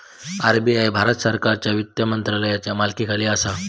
RBI Bharat सरकारच्यो वित्त मंत्रालयाचा मालकीखाली असा